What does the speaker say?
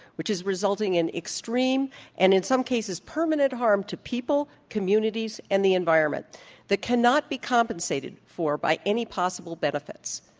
which is resulting in extreme and, in some cases, permanent harm to people, communities, and the environment that cannot be compensated for by any possible benefits.